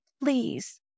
please